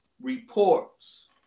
reports